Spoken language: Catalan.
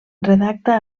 redacta